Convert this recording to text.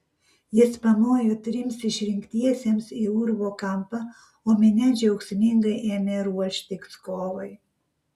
jis pamojo trims išrinktiesiems į urvo kampą o minia džiaugsmingai ėmė ruoštis kovai